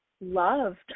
loved